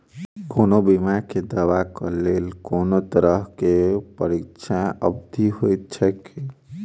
कोनो बीमा केँ दावाक लेल कोनों तरहक प्रतीक्षा अवधि होइत छैक की?